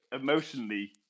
emotionally